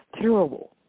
terrible